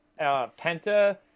Penta